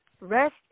rest